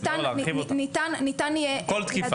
ניתן יהיה --- להרחיב אותה.